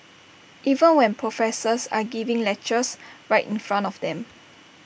even when professors are giving lectures right in front of them